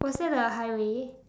was that the highway